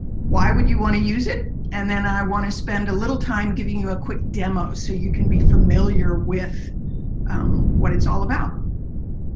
why would you want to use it? and then i went to spend a little time giving you a quick demo so you can be familiar with what it's all about.